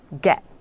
get